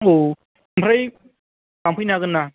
औ ओमफ्राय लांफैनो हागोन ना